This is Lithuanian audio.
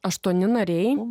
aštuoni nariai